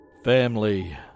Family